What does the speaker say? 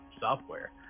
software